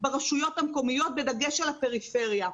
ברשויות המקומיות בדגש על הפריפריה.